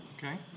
Okay